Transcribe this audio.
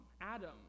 Adam